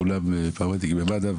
כולם פרמדיקים במד"א.